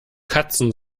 katzen